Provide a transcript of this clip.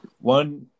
one